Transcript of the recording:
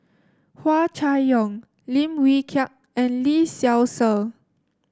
Hua Chai Yong Lim Wee Kiak and Lee Seow Ser